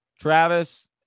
Travis